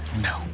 No